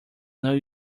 know